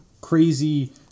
crazy